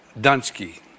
Dunsky